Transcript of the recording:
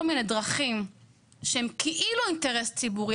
מיני דרכים שהם כאילו אינטרס ציבורי,